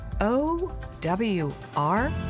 O-W-R